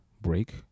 break